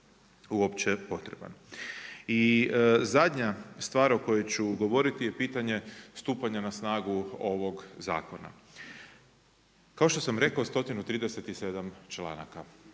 uopće potreban. I zadnja stvar o kojoj ću govoriti je pitanje stupanje na snagu ovog zakona. Kao što sam rekao 137. članaka.